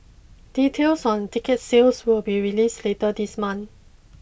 details on ticket sales will be released later this month